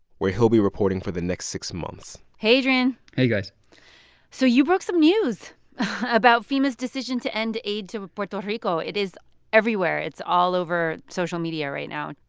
where he'll be reporting for the next six months hey, adrian hey, guys so you broke some news about fema's decision to end aid to puerto rico. it is everywhere. it's all over social media right now.